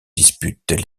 disputent